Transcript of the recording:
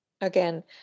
again